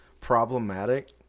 problematic